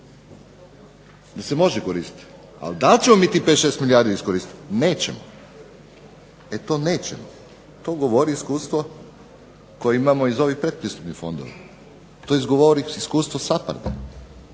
da se može koristiti, ali da li ćemo mi tih 5, 6 milijardi iskoristiti? Nećemo. E, to nećemo. To govori iskustvo koje imamo iz ovih predpristupnih fondova, to govori iskustvo SAPARD-a,